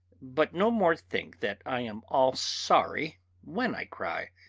but no more think that i am all sorry when i cry,